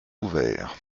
ouvert